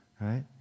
right